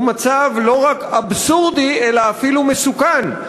הוא מצב לא רק אבסורדי אלא אפילו מסוכן.